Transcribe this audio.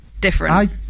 different